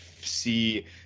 see